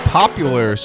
popular